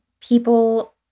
people